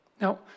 Now